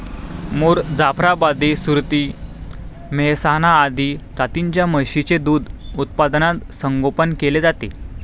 मुर, जाफराबादी, सुरती, मेहसाणा आदी जातींच्या म्हशींचे दूध उत्पादनात संगोपन केले जाते